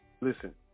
listen